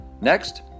next